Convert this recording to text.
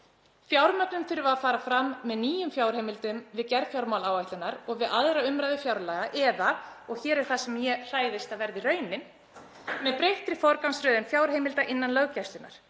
Fjármögnun þurfi að fara fram með því að til komi nýjar fjárheimildir við gerð fjármálaáætlunar og við 2. umræðu fjárlaga eða, og hér er það sem ég hræðist að verði raunin, með breyttri forgangsröðun fjárheimilda innan löggæslunnar.